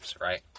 right